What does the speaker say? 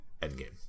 Endgame